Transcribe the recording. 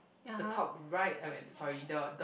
the top right I mean sorry the the